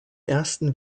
ersten